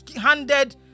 handed